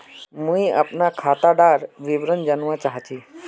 मुई अपना खातादार विवरण जानवा चाहची?